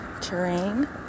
terrain